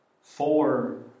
four